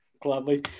gladly